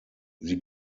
sie